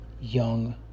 young